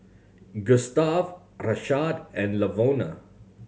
Gustave Rashaad and Lavona